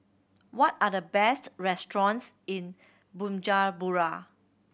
what are the best restaurants in Bujumbura